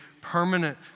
permanent